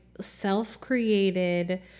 self-created